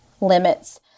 limits